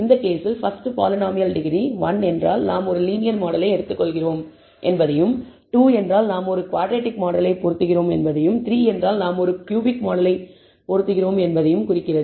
இந்த கேஸில் first polynomial degree 1 என்றால் நாம் ஒரு லீனியர் மாடலை எடுத்துக்கொள்கிறோம் என்பதையும் 2 என்றால் நாம் ஒரு குவாட்ரடிக் மாடலை பொருத்துகிறோம் என்பதையும் 3 என்றால் நாம் ஒரு க்யூபிக் மாடலை பொருத்துகிறோம் என்பதையும் குறிக்கிறது